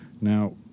Now